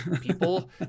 people